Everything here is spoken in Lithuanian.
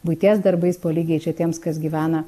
buities darbais po lygiai čia tiems kas gyvena